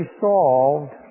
solved